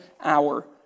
hour